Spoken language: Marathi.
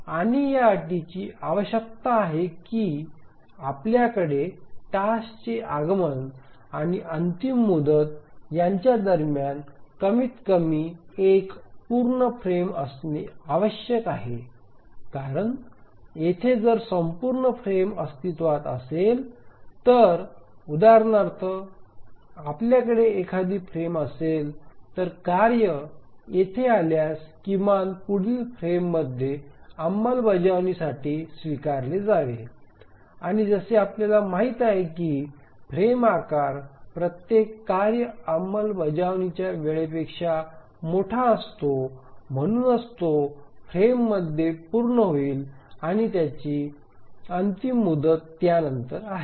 आणि या अटची आवश्यकता आहे की आपल्याकडे टास्कचे आगमन आणि अंतिम मुदत यांच्या दरम्यान कमीतकमी एक पूर्ण फ्रेम असणे आवश्यक आहे कारण येथे जर संपूर्ण फ्रेम अस्तित्त्वात असेल तर उदाहरणार्थ आपल्याकडे एखादी फ्रेम असेल तर कार्य येथे आल्यास किमान पुढील फ्रेममध्ये अंमलबजावणीसाठी स्वीकारले जावे आणि जसे आपल्याला माहित आहे की फ्रेम आकार प्रत्येक कार्य अंमलबजावणीच्या वेळेपेक्षा मोठा असतो म्हणूनच तो फ्रेममध्ये पूर्ण होईल आणि त्याची अंतिम मुदत त्यानंतर आहे